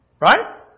Right